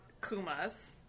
Kumas